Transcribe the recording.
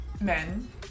Men